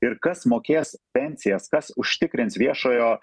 ir kas mokės pensijas kas užtikrins viešojo